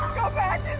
go back